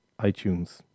iTunes